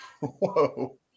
Whoa